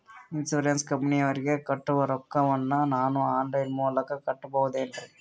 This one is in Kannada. ಇನ್ಸೂರೆನ್ಸ್ ಕಂಪನಿಯವರಿಗೆ ಕಟ್ಟುವ ರೊಕ್ಕ ವನ್ನು ನಾನು ಆನ್ ಲೈನ್ ಮೂಲಕ ಕಟ್ಟಬಹುದೇನ್ರಿ?